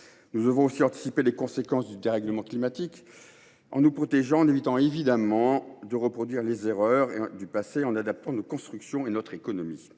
bon sens. Il s’agit d’anticiper les conséquences du dérèglement climatique en nous protégeant, sans reproduire les erreurs du passé, et en adaptant nos constructions et notre économie.